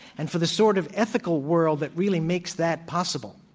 and for the sort of ethical world that really makes that possible